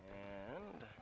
and